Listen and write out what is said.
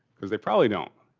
because they probably don't,